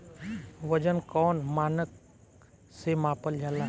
वजन कौन मानक से मापल जाला?